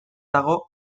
dago